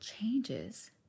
changes